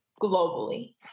globally